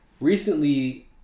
recently